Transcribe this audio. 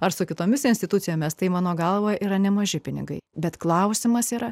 ar su kitomis institucijomis tai mano galva yra nemaži pinigai bet klausimas yra